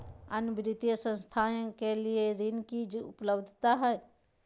अन्य वित्तीय संस्थाएं के लिए ऋण की उपलब्धता है?